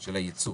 של הייצוא